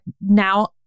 now